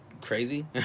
crazy